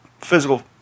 physical